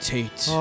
Tate